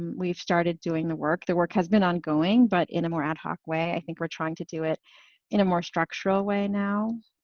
and we've started doing the work. the work has been ongoing, but in a more ad hoc way. i think we're trying to do it in a more structural way now.